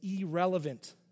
irrelevant